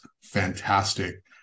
fantastic